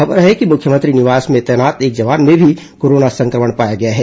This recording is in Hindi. खबर है कि मुख्यमंत्री निवास में तैनात एक जवान में भी कोरोना संक्रमण पाया गया है